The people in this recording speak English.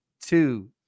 two